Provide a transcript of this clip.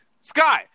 Sky